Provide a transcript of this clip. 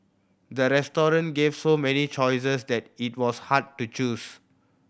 the restaurant gave so many choices that it was hard to choose